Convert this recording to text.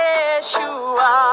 Yeshua